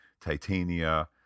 titania